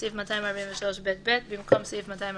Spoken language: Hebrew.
בסעיף 243ב(ב), במקום "סעיף 240(ב)"